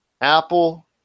Apple